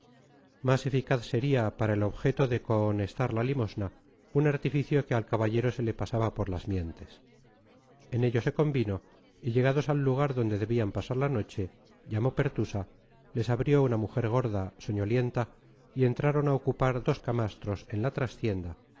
más eficaz sería para el objeto de cohonestar la limosna un artificio que al caballero le pasaba por las mientes en ello se convino y llegados al lugar donde debían pasar la noche llamó pertusa les abrió una mujer gorda soñolienta y entraron a ocupar dos camastros en la trastienda